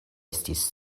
estis